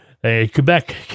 Quebec